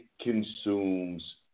consumes